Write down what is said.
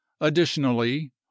Additionally